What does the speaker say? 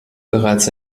bereits